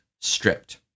stripped